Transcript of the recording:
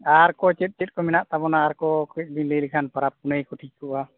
ᱟᱨᱠᱚ ᱪᱮᱫ ᱪᱮᱫᱠᱚ ᱢᱮᱱᱟᱜ ᱛᱟᱵᱚᱱᱟ ᱟᱨᱠᱚ ᱠᱟᱹᱡᱵᱤᱱ ᱞᱟᱹᱭ ᱞᱮᱠᱷᱟᱱ ᱯᱟᱨᱟᱵᱽᱼᱯᱩᱱᱟᱹᱭᱠᱚ ᱴᱷᱤᱠᱚᱜᱼᱟ